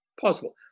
possible